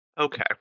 Okay